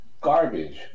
garbage